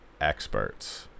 experts